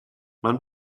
man